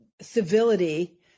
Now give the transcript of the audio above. civility